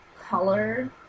color